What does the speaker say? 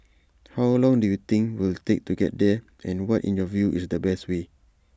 how long do you think we'll take to get there and what in your view is the best way